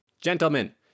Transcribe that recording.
Gentlemen